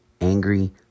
angry